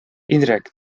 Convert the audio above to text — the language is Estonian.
indrek